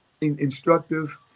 instructive